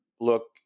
look